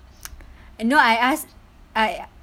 no I ask I